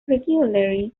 regularly